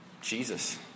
Jesus